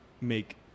make